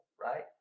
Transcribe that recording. right